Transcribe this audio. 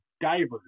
divers